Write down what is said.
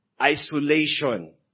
isolation